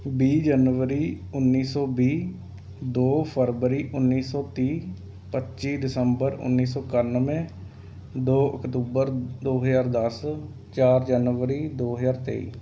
ਵੀਹ ਜਨਵਰੀ ਉੱਨੀ ਸੌ ਵੀਹ ਦੋ ਫਰਵਰੀ ਉੱਨੀ ਸੌ ਤੀਹ ਪੱਚੀ ਦਸੰਬਰ ਉੱਨੀ ਸੌ ਇਕਾਨਵੇਂ ਦੋ ਅਕਤੂਬਰ ਦੋ ਹਜ਼ਾਰ ਦਸ ਚਾਰ ਜਨਵਰੀ ਦੋ ਹਜ਼ਾਰ ਤੇਈ